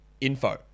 info